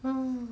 oh